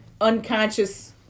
unconscious